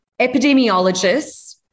epidemiologists